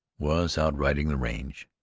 was out riding the range.